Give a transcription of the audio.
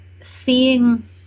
seeing